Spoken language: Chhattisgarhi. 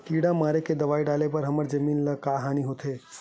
किड़ा मारे के दवाई डाले से हमर जमीन ल का हानि होथे?